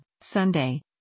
Sunday